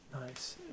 Nice